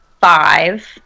five